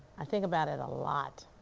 i think about it a lot.